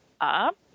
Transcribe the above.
up